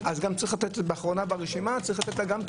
אז גם צריך לתת באחרונה ברשימה גם תפקיד